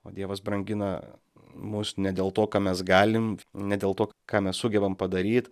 o dievas brangina mus ne dėl to ką mes galim ne dėl to ką mes sugebam padaryt